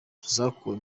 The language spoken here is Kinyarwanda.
zakuwe